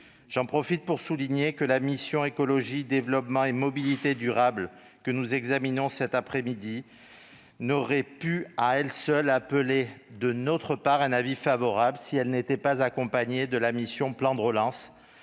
J'en profite pour souligner que la mission « Écologie, développement et mobilité durables », que nous examinons aujourd'hui, n'aurait pu à elle seule recevoir de notre part un avis favorable si elle ne s'était pas accompagnée de la mission « Plan de relance